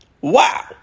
Wow